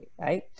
right